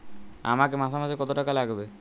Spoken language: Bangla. আমাকে মাসে মাসে কত টাকা লাগবে?